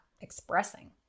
expressing